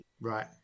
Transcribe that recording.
Right